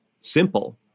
simple